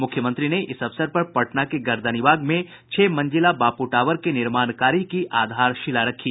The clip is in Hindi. मुख्यमंत्री ने पटना के गर्दनीबाग में छह मंजिला बापू टावर के निर्माण कार्य की आधारशिला रखी